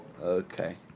Okay